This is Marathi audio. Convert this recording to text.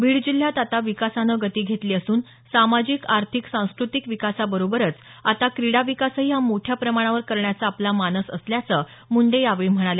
बीड जिल्ह्यात आता विकासानं गती घेतली असून सामाजिक आर्थिक सांस्कृतिक विकासाबरोबरच आता क्रीडा विकासही हा मोठ्या प्रमाणावर करण्याचा आपला मानस असल्याचं मुंडे यावेळी म्हणाल्या